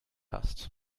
hast